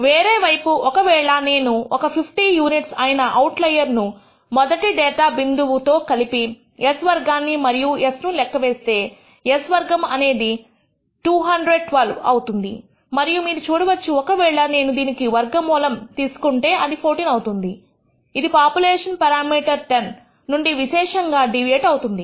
వేరే వైపు ఒక వేళ నేను ఒక 50 యూనిట్స్ అయిన అవుట్లయర్ ను మొదటి డేటా బిందువు తో కలిపి s వర్గాన్ని మరియు s ను లెక్కవేస్తే s వర్గము అనేది 212 అవుతుంది మరియు మీరు చూడవచ్చు ఒకవేళ నేను దీనికి వర్గమూలం తీసుకుంటే అది 14 అవుతుంది ఇది పాపులేషన్ పెరామీటర్ 10 నుండి విశేషంగా డీవియేట్ అవుతుంది